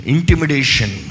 Intimidation